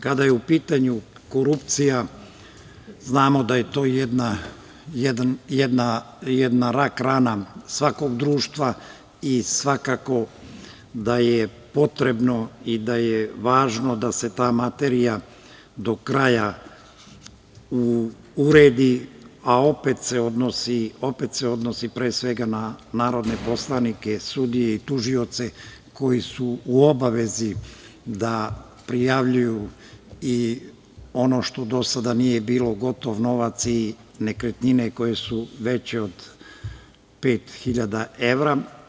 Kada je u pitanju korupcija znamo da je to jedna rak rana svakog društva i svakako da je potrebno i da je važno da se ta materija do kraja uredi, a opet se odnosi pre svega na narodne poslanike, sudije i tužioce koji su u obavezi da prijavljuju i ono što do sada nije bilo, gotov novac i nekretnine koje su veće od pet hiljada evra.